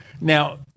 now